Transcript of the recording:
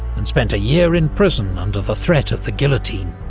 and spent a year in prison under the threat of the guillotine.